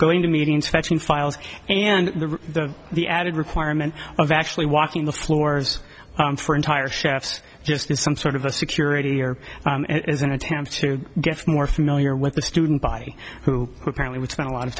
going to meetings fetching files and the the added requirement of actually walking the floors for entire chefs just as some sort of a security or it is an attempt to get more familiar with the student by who apparently would spend a lot of